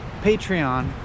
Patreon